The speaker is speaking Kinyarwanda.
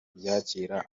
byakira